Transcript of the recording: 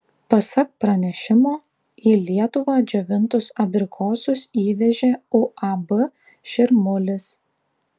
pasak pranešimo į lietuvą džiovintus abrikosus įvežė uab širmulis